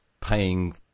paying